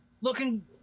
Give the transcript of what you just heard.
looking